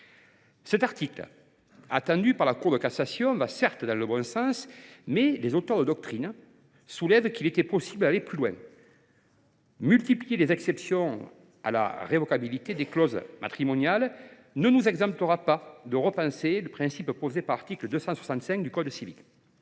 Cet article, attendu par la Cour de cassation, va certes dans le bon sens, mais les auteurs de doctrine soulèvent qu’il était possible d’aller plus loin. Multiplier les exceptions à la révocabilité des clauses matrimoniales ne nous exemptera pas de repenser le principe posé par l’article 265 du code civil.